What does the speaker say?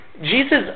Jesus